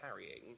carrying